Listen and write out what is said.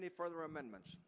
any further amendments